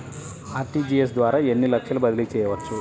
RTGS ద్వారా ఎన్ని లక్షలు బదిలీ చేయవచ్చు?